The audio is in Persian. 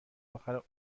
اخر